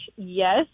Yes